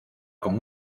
con